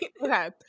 okay